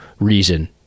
reason